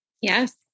Yes